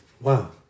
Wow